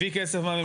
הביא כסף מהממשלה,